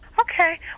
Okay